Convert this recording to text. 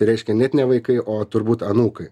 reiškia net ne vaikai o turbūt anūkai